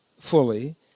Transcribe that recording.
fully